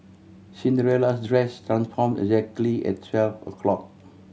Cinderella's dress transformed exactly at twelve o' clock